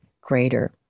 greater